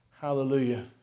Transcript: Hallelujah